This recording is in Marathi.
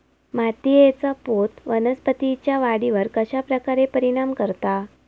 मातीएचा पोत वनस्पतींएच्या वाढीवर कश्या प्रकारे परिणाम करता?